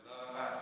אוסאמה,